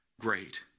great